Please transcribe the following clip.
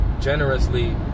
generously